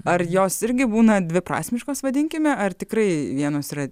ar jos irgi būna dviprasmiškos vadinkime ar tikrai vienos yra